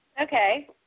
Okay